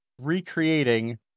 recreating